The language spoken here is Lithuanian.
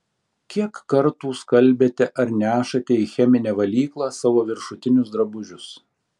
kiek kartų skalbiate ar nešate į cheminę valyklą savo viršutinius drabužius